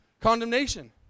condemnation